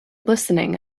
listening